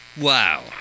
Wow